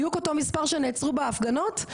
בדיוק אותו מספר שנעצרו בהפגנות?